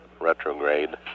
retrograde